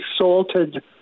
salted